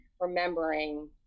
remembering